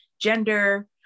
gender